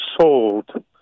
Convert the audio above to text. sold